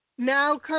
Now